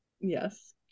Yes